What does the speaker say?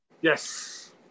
Yes